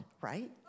right